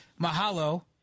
mahalo